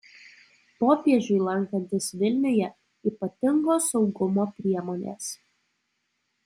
popiežiui lankantis vilniuje ypatingos saugumo priemonės